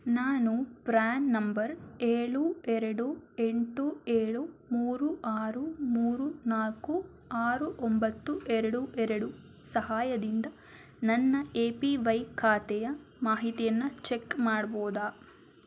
ನಾನು PRAN number ಏಳು ಎರಡು ಎಂಟು ಏಳು ಮೂರು ಆರು ಮೂರು ನಾಲ್ಕು ಆರು ಒಂಬತ್ತು ಎರಡು ಎರಡು ಸಹಾಯದಿಂದ ನನ್ನ ಎ ಪಿ ವೈ ಖಾತೆಯ ಮಾಹಿತಿಯನ್ನು ಚೆಕ್ ಮಾಡ್ಬೋದಾ